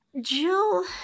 Jill